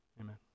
amen